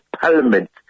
Parliament